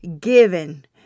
given